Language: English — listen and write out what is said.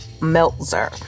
Meltzer